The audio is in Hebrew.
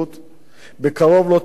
בקרוב לא תהיה להם עבודה.